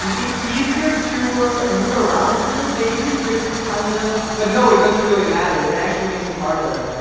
um it's easier to ah move around with it maybe because you kinda, but no it doesn't really matter it actually makes it harder um